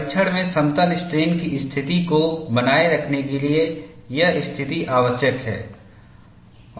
परीक्षण में समतल स्ट्रेन की स्थिति को बनाए रखने के लिए यह स्थिति आवश्यक है